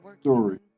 story